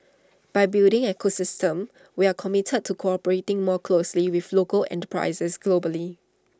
by building ecosystem we are committed to cooperating more closely with local enterprises globally